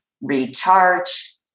recharge